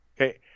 Okay